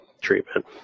treatment